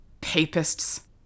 papists